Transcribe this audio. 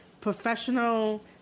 professional